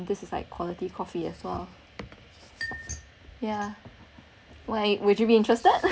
this is like quality coffee as well yeah why would you be interested